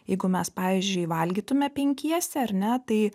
jeigu mes pavyzdžiui valgytume penkiese ar ne tai